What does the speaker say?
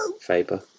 Faber